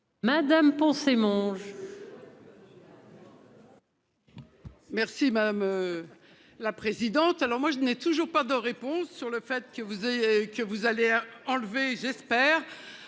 Madame Poncet Monge.